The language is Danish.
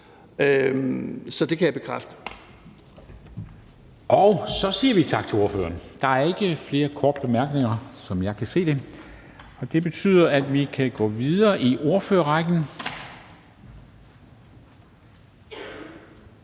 (Henrik Dam Kristensen): Så siger vi tak til ordføreren. Der er ikke flere korte bemærkninger, som jeg kan se det, og det betyder, at vi kan gå videre i ordførerrækken.